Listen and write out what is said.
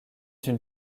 une